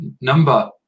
number